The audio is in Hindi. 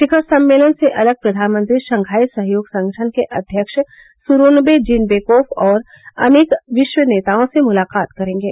शिखर सम्मेलन से अलग प्रधानमंत्री शंघाई सहयोग संगठन के अध्यक्ष सूरोनवे जीनबेकोफ और अनेक विश्व नेताओं से मुलाकात करेंगे